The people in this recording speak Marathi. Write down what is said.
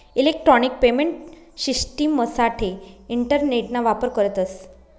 इलेक्ट्रॉनिक पेमेंट शिश्टिमसाठे इंटरनेटना वापर करतस